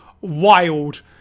wild